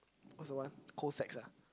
what's the one co sex ah